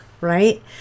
right